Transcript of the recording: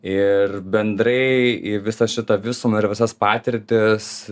ir bendrai į visą šitą visumą ir visas patirtis